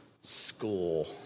school